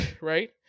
right